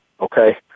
okay